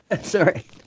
Sorry